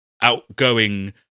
outgoing